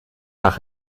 nach